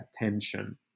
attention